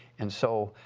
and so,